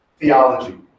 theology